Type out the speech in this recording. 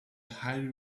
highly